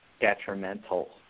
detrimental